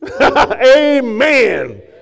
amen